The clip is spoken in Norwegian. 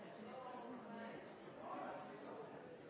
Men jeg